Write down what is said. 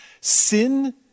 Sin